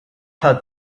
had